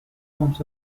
forms